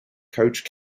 coach